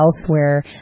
elsewhere